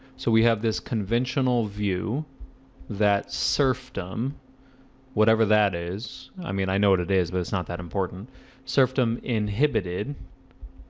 so we have this conventional view that serfdom whatever that is. i mean, i know what it is, but it's not that important serfdom inhibited